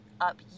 up